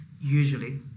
usually